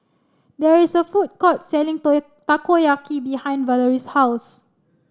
there is a food court selling Takoyaki behind Valorie's house